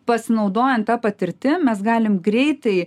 pasinaudojant ta patirtim mes galim greitai